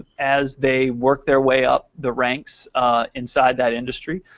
as they work their way up the ranks inside that industry,